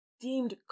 deemed